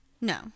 No